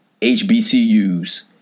HBCUs